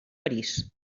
parís